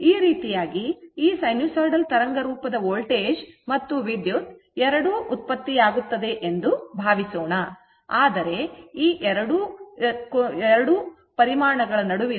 ಈ ರೀತಿಯಾಗಿ ಈ ಸೈನುಸೈಡಲ್ ತರಂಗ ರೂಪದ ವೋಲ್ಟೇಜ್ ಮತ್ತು ವಿದ್ಯುತ್ ಎರಡೂ ಉತ್ಪತ್ತಿಯಾಗುತ್ತದೆ ಎಂದು ಭಾವಿಸೋಣ ಆದರೆ ಈ ಎರಡರ ನಡುವಿನ ಕೋನವು ಒಂದೇ ಆಗಿರುತ್ತದೆ